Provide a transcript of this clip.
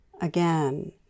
Again